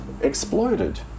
exploded